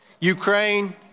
Ukraine